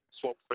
Swap